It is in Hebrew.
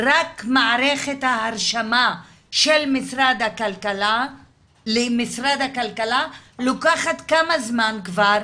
רק מערכת ההרשמה של משרד הכלכלה למשרד הכלכלה לוקחת כמה זמן כבר?